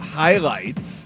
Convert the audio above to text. highlights